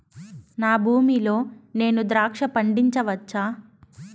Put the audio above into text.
నా భూమి లో నేను ద్రాక్ష పండించవచ్చా?